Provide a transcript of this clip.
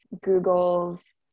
Google's